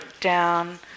down